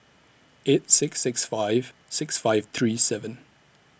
eight six six five six five three seven